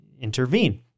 intervene